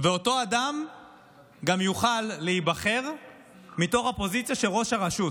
ואותו אדם גם יוכל להיבחר מתוך הפוזיציה של ראש הרשות,